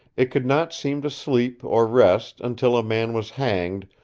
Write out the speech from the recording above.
it could not seem to sleep or rest until a man was hanged,